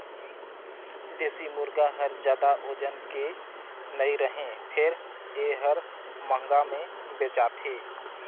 देसी मुरगा हर जादा ओजन के नइ रहें फेर ए हर महंगा में बेचाथे